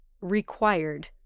required